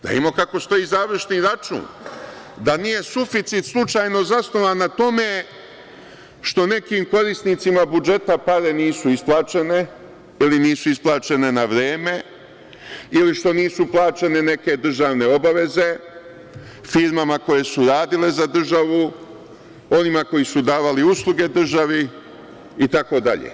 Da vidimo kako stoji završni račun, da nije slučajno suficit zasnovan na tome što nekim korisnicima budžeta pare nisu isplaćene, ili nisu isplaćene na vreme, ili što nisu plaćene neke državne obaveze firmama koje su radile za državu, onima koji su davali usluge državi, itd.